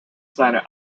seiner